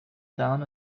down